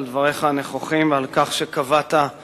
על דבריך הנכוחים ועל כך שקבעת את